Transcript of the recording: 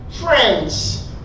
friends